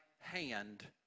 hand